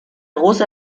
russe